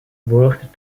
woord